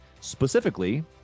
specifically